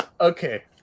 Okay